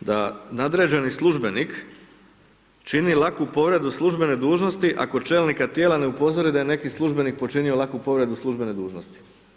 da na nadređeni službenik čini laku povredu službene dužnosti ako čelnika tijela ne upozori da je neki službenik počinio laku povredu službene dužnosti.